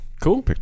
cool